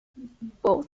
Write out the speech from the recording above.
both